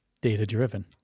Data-driven